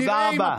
תודה רבה.